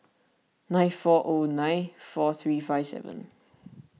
nine four zero nine four three five seven